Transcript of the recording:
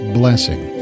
blessing